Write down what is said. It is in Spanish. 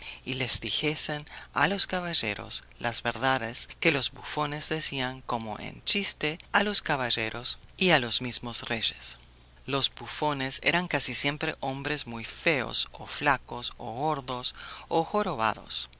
y les dijesen a los caballeros las verdades que los bufones decían como en chiste a los caballeros y a los mismos reyes los bufones eran casi siempre hombres muy feos o flacos o gordos o jorobados